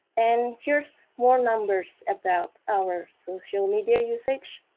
and here's more numbers about our social media usage,